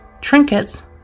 trinkets